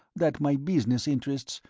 that my business interests,